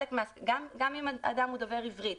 גם אם אדם הוא דובר עברית,